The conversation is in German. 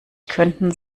könnten